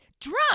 drunk